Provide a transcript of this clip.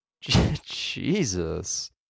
Jesus